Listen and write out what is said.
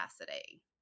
capacity